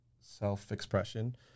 self-expression